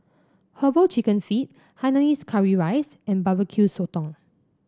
herbal chicken feet Hainanese Curry Rice and Barbecue Sotong